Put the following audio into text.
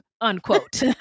unquote